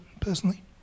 personally